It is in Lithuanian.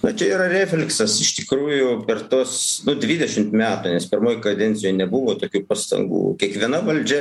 na čia yra refleksas iš tikrųjų ir tuos dvidešimt metų nes pirmoj kadencijoj nebuvo tokių pastangų kiekviena valdžia